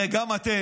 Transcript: הרי גם אתם,